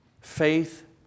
faith